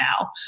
now